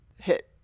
hit